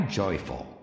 joyful